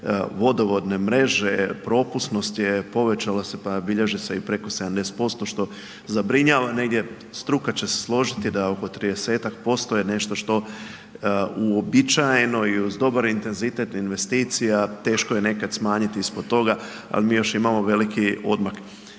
vodovodne mreže, propusnosti je povećala se pa bilježi se i preko 70%, što zabrinjava negdje. Struka će se složiti da je oko 30% je nešto što uobičajeno i uz dobar intenzitet investicija, teško je nekad smanjiti ispod toga, ali mi još imamo veliki odmak.